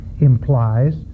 implies